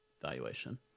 valuation